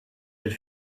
elle